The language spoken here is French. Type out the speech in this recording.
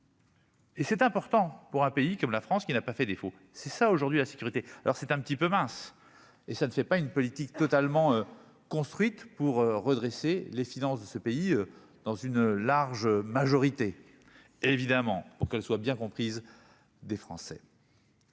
Et c'est important pour un pays comme la France, qui n'a pas fait défaut, c'est ça aujourd'hui la sécurité, alors c'est un petit peu mince et ça ne fait pas une politique totalement construite pour redresser les finances de ce pays dans une large majorité, évidemment pour qu'elle soit bien comprise des Français.